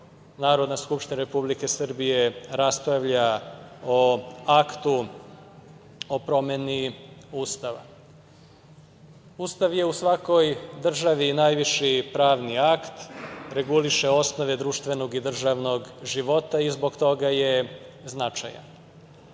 Narodna skupština Republike Srbije raspravlja o aktu o promeni Ustava. Ustav je u svakoj državi najviši pravni akt. Reguliše osnove društvenog i društvenog života i zbog toga je značajan. Što